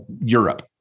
Europe